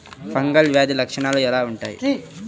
Fungal వ్యాధి లక్షనాలు ఎలా వుంటాయి?